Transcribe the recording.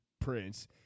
prince